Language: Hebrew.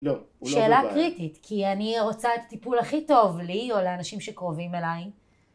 לא, הוא לא דובר. שאלה קריטית, כי אני רוצה את הטיפול הכי טוב לי או לאנשים שקרובים אליי.